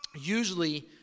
usually